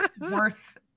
worth